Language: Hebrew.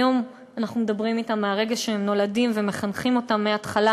היום אנחנו מדברים אתם מהרגע שהם נולדים ומחנכים אותם מההתחלה.